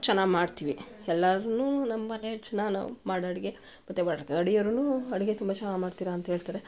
ಚೆನ್ನಾಗಿ ಮಾಡ್ತೀವಿ ಎಲ್ಲಾದರೂನು ನಮ್ಮನೆಲಿ ಚೆನ್ನ ನಾವು ಮಾಡೋ ಅಡುಗೆ ಮತ್ತೆ ಹೊರ್ಗಡೆಯೂ ಅಡುಗೆ ತುಂಬ ಚೆನ್ನಾಗಿ ಮಾಡ್ತೀರ ಅಂತ ಹೇಳ್ತಾರೆ